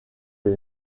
des